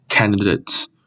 candidates